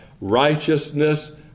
righteousness